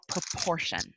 proportion